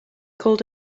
called